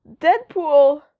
Deadpool